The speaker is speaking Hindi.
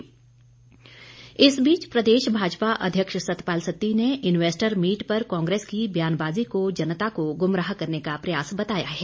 सत्ती इस बीच प्रदेश भाजपा अध्यक्ष सतपाल सत्ती ने इन्वैस्टर मीट पर कांग्रेस की बयानबाजी को जनता को गुमराह करने का प्रयास बताया है